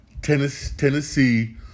Tennessee